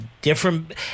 different